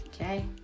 okay